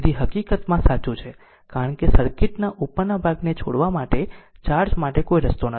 તેથી હકીકતમાં આ સાચું છે કારણ કે સર્કિટના ઉપરના ભાગને છોડવા માટે ચાર્જ માટે કોઈ રસ્તો નથી